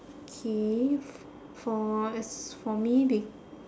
okay f~ for as for me be~